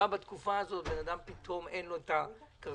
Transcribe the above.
שבה בתקופה הזאת לאדם פתאום אין כרטיס